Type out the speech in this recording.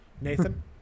Nathan